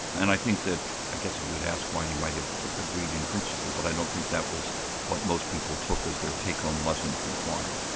and i think that i guess if you'd asked quine he might have agreed in principle, but i don't think that was what most people took as their take-home lesson from quine.